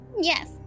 Yes